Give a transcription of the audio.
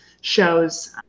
shows